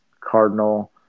cardinal